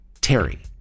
Terry